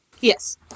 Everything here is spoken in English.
Yes